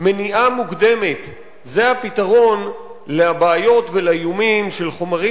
מניעה מוקדמת זה הפתרון לבעיות ולאיומים של חומרים